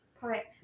Correct